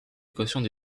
équations